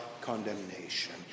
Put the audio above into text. Condemnation